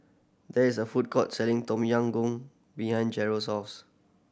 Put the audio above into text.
there is a food court selling Tom Yam Goong behind Jerrold's house